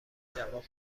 جواب